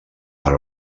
per